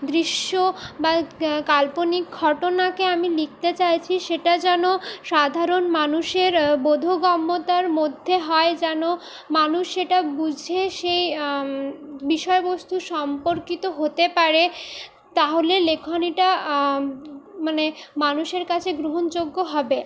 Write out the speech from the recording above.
দৃশ্য বা কাল্পনিক ঘটনাকে আমি লিখতে চাইছি সেটা যেন সাধারণ মানুষের বোধগম্যতার মধ্যে হয় যেন মানুষ সেটা বুঝে সেই বিষয়বস্তু সম্পর্কিত হতে পারে তাহলে লেখনীটা মানে মানুষের কাছে গ্রহণযোগ্য হবে